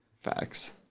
Facts